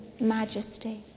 majesty